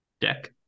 Deck